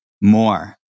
more